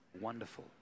wonderful